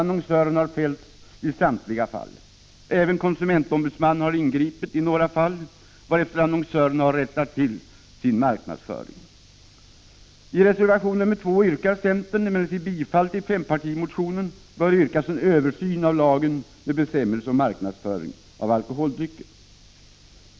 Annonsören har fällts i samtliga fall. Även konsumentombudsmannen har ingripit i några fall, varefter annonsören har rättat till sin marknadsföring. I reservation 2 yrkar centern bifall till den fempartimotion vari yrkas en översyn av lagen med bestämmelser om marknadsföring av alkoholdrycker.